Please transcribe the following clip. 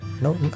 No